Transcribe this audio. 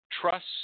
trust